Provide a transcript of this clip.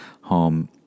home